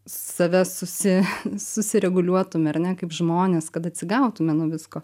save susi susireguliuotume ar ne kaip žmonės kad atsigautume nuo visko